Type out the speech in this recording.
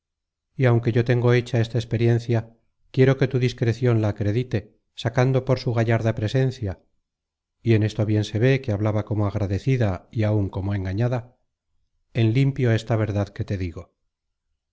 y aunque yo tengo hecha esta experiencia quiero que tu discrecion la acredite sacando por su gallarda presencia y en esto bien se ve que hablaba como agradecida y áun como engañada en limpio esta verdad que te digo